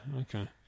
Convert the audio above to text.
Okay